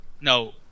No